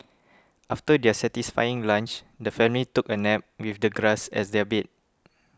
after their satisfying lunch the family took a nap with the grass as their bed